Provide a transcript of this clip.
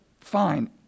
fine